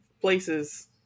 places